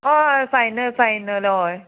हय final final हय